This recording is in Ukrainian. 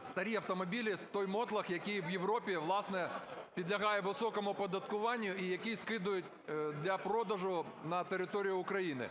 старі автомобілі, той мотлох, який в Європі, власне, підлягає високому оподаткуванню і який скидають для продажу на територію України.